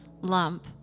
lump